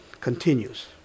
continues